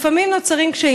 לפעמים נוצרים קשיים.